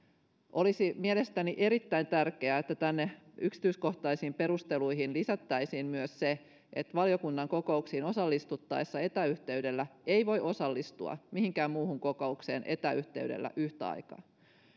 olisi mielestäni erittäin tärkeää että tänne yksityiskohtaisiin perusteluihin lisättäisiin myös se että valiokunnan kokouksiin osallistuttaessa etäyhteydellä ei voi osallistua mihinkään muuhun kokoukseen etäyhteydellä yhtä aikaa